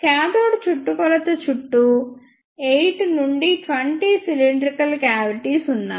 cathode చుట్టుకొలత చుట్టూ 8 నుండి 20 సిలిండ్రికల్ క్యావిటీలు ఉన్నాయి